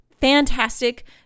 fantastic